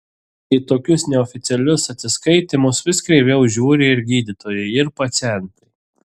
į tokius neoficialius atsiskaitymus vis kreiviau žiūri ir gydytojai ir pacientai